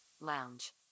lounge